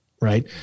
Right